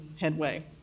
Headway